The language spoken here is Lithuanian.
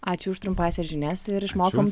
ačiū už trumpąsias žinias ir išmokom